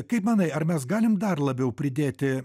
kaip manai ar mes galim dar labiau pridėti